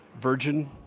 Virgin